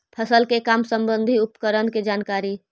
फसल के काम संबंधित उपकरण के जानकारी?